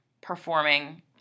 performing